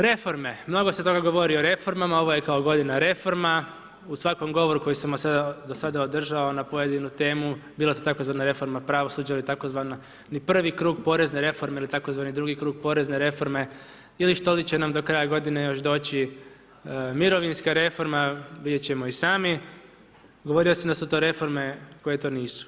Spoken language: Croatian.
Reforme, mnogo se toga govori o reformama, ovo je kao godina reforma, u svakom govoru koji sam dosada održao na pojedinu temu, bila to tzv. reforma pravosuđa ili tzv., ni prvi krug porezne reforme ili tzv. drugi krug porezne reforme ili što li će nam do kraja godine još doći, mirovinska reforma, vidjet ćemo i sami, govorio sam da su to reforme koje to nisu.